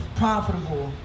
profitable